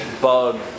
bug